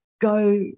go